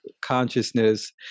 consciousness